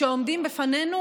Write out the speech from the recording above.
עומדים בפני,